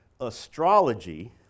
astrology